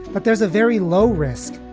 but there's a very low risk,